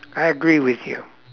I agree with you